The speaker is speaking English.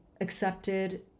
accepted